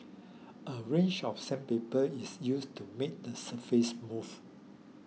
a range of sandpaper is used to make the surfaces smooth